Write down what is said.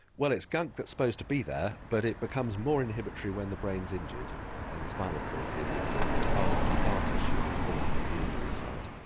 well it's gunk that's supposed to be there but it becomes more inhibitory when the brain is injured and the spinal cord is injured, it's part of the scar tissue that forms at the injury site.